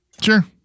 Sure